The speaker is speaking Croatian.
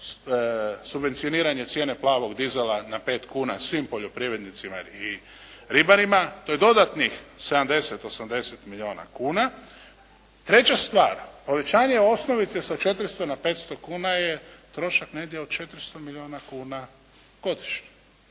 subvencioniranje cijene plavog dizela na 5 kuna svim poljoprivrednicima i ribarima, to je dodatnih 70, 80 milijuna kuna. Treća stvar, povećanje osnovice sa 400 na 500 kuna je trošak negdje od 400 milijuna kuna godišnje.